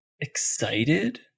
excited